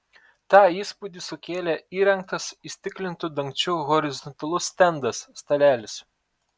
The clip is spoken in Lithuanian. tą įspūdį sukėlė įrengtas įstiklintu dangčiu horizontalus stendas stalelis